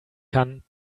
kann